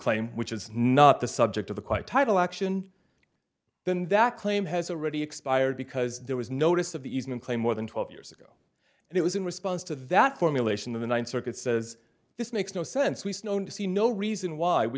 claim which is not the subject of the quite title action then that claim has already expired because there was notice of the easement claim more than twelve years ago and it was in response to that formulation the ninth circuit says this makes no sense we've known to see no reason why we